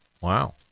Wow